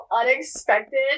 unexpected